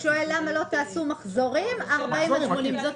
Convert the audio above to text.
הוא שואל למה לא תעשו מחזורים גם באזור בין 40 80 קילומטר.